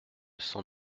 cent